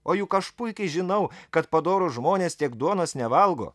o juk aš puikiai žinau kad padorūs žmonės tiek duonos nevalgo